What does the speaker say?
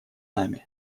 нами